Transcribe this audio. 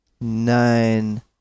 Nine